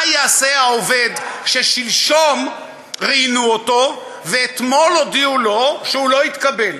מה יעשה העובד ששלשום ראיינו אותו ואתמול הודיעו לו שהוא לא התקבל?